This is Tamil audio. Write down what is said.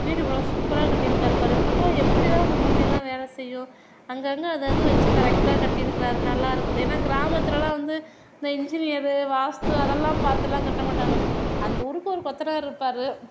வீடு இவ்வளோ சூப்பராக கட்டியிருக்காரு பார் இவருக்கெல்லாம் எப்படிதான் இந்த மூளைலாம் வேலை செய்யும் அங்கங்கே அதை அதை வச்சு கரெக்டாக கட்டியிருக்குறாரு நல்லா இருக்குது ஏன்னா கிராமத்திலலாம் வந்து இந்த இன்ஜினியரு வாஸ்து அதெல்லாம் பாத்தெல்லாம் கட்டமாட்டாங்க அந்த ஊருக்கு ஒரு கொத்தனார் இருப்பார்